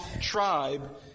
tribe